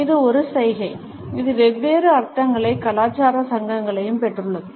இது ஒரு சைகை இது வெவ்வேறு அர்த்தங்களையும் கலாச்சார சங்கங்களையும் பெற்றுள்ளது